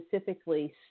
specifically